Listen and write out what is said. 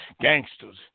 gangsters